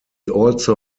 also